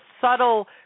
subtle